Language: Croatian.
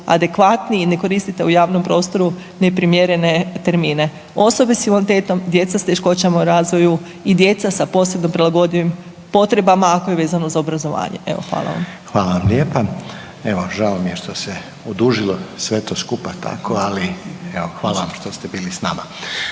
adekvatni i ne koristite u javnom prostoru neprimjerene termine. Osobe s invaliditetom, djeca s teškoćama u razvoju i djeca sa posebno prilagodljivim potrebama ako je vezano za obrazovanje. Evo, hvala vam. **Reiner, Željko (HDZ)** Hvala vam lijepa. Evo žao mi je što se je odužilo sve to skupa tako, ali evo hvala vam što ste bili s nama.